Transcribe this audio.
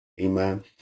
Amen